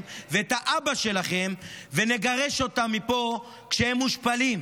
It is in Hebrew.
ואת אבא שלכם ונגרש אותם מפה כשהם מושפלים.